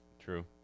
True